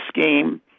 scheme